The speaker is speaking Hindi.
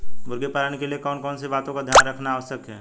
मुर्गी पालन के लिए कौन कौन सी बातों का ध्यान रखना आवश्यक है?